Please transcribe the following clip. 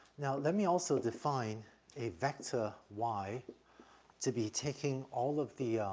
now let me also define a vector y to be taking all of the, ah,